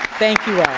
thank you